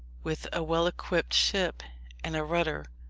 with a well-equipped ship and a rudder,